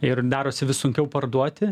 ir darosi vis sunkiau parduoti